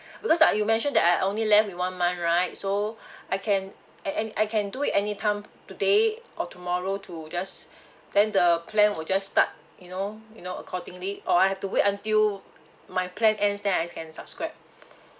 because ah you mentioned that I only left with one month right so I can I I can do it any time today or tomorrow to just then the plan will just start you know you know accordingly or I have to wait until my plan ends then I can subscribe